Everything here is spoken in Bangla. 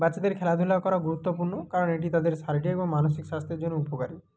বাচ্চাদের খেলাধুলা করা গুরুত্বপূর্ণ কারণ এটি তাদের শারীরিক এবং মানসিক স্বাস্থ্যের জন্য উপকারি